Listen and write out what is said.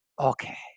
okay